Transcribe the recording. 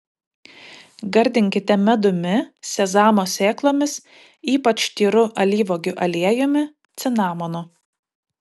gardinkite medumi sezamo sėklomis ypač tyru alyvuogių aliejumi cinamonu